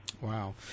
Wow